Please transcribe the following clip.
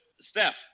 Steph